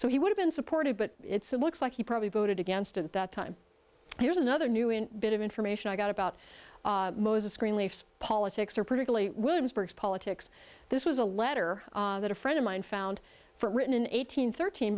so he would have been supportive but it's it looks like he probably voted against it at that time here's another new in bit of information i got about moses greenleaf's politics are particularly williamsburg politics this was a letter that a friend of mine found for written eight hundred thirteen